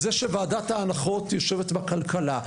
זה שוועדת ההנחות יושבת בכלכלה,